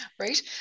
Right